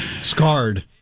Scarred